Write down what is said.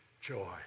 joy